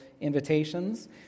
invitations